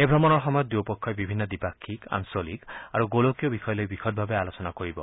এই ভ্ৰমণৰ সময়ত দুয়োপক্ষই বিভিন্ন দ্বিপাক্ষিক আঞ্চলিক আৰু গোলকীয় বিষয় লৈ বিশদভাৱে আলোচনা কৰিব